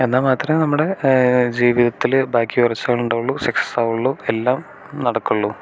എന്നാ മാത്രമേ നമ്മുടെ ജീവിതത്തിൽ ബാക്കി ഒരു സക്സസ്സ് ആവുകയുള്ളൂ എല്ലാം നടക്കുകയുള്ളൂ